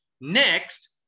Next